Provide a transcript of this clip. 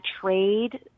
trade